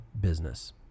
business